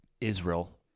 Israel